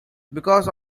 because